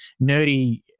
nerdy